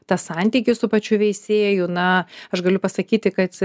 tą santykį su pačiu veisėju na aš galiu pasakyti kad